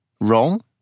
wrong